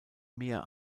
mehr